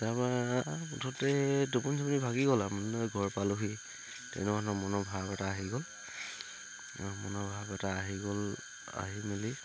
তাৰপা মুঠতে টোপনি চোপনি ভাগি গ'ল ঘৰ পালোহি মনৰ ভাৱ এটা আহি গ'ল মনৰ ভাৱ এটা আহি গ'ল আহি মেলি